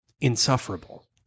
insufferable